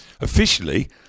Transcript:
officially